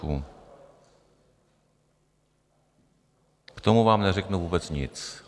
K tomu vám neřeknu vůbec nic.